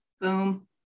boom